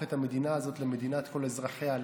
את המדינה הזאת למדינת כל אזרחיה,